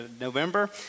November